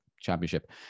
championship